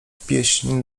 pieśń